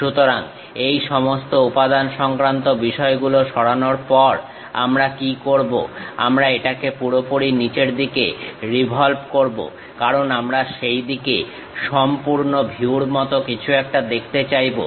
সুতরাং এই সমস্ত উপাদান সংক্রান্ত বিষয়গুলো সরানোর পর আমরা কি করব আমরা এটাকে পুরোপুরি নিচের দিকে রিভলভ করবো কারণ আমরা সেই দিকে সম্পূর্ণ ভিউর মত কিছু একটা দেখতে চাইবো